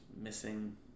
missing